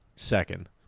second